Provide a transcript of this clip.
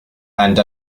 and